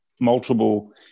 multiple